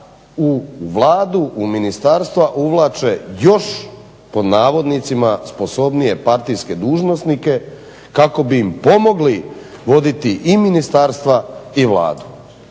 u Vladu, u ministarstva uvlače još "sposobnije partijske dužnosnike" kako bi im pomogli voditi i ministarstva i Vladu.